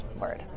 word